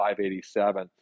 587